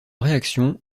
réaction